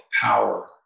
power